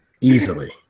Easily